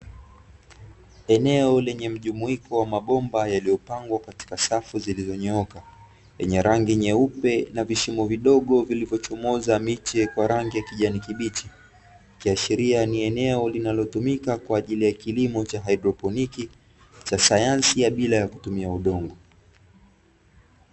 Eneo lenye mjumuiko wa mabomba yaliyopangwa katika safu zilizonyooka, yenye rangi nyeupe na vishimo vidogo vilivyochomoza miche kwa rangi ya kijani kibichi, ikiashiria ni eneo linalotumika kwa ajili ya kilimo cha haidroponi cha sayansi ya bila ya kutumia udongo.